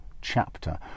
chapter